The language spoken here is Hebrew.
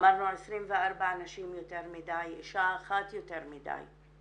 אמרנו 24 נשים יותר מדיי, אישה אחת יותר מדיי.